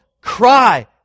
cry